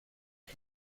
los